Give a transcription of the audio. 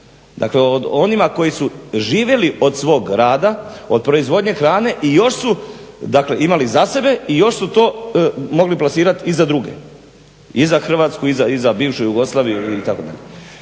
dakle o onim koji su živjeli od svog rada, od proizvodnje hrane i još su dakle imali za sebe i još su to mogli plasirati i za druge i za Hrvatsku i za bivšu Jugoslaviju itd.